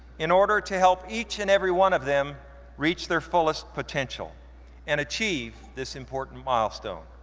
in order to help each and every one of them reach their fullest potential and achieve this important milestone.